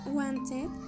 wanted